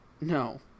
No